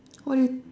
who are you